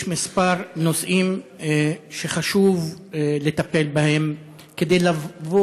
יש כמה נושאים שחשוב לטפל בהם כדי לבוא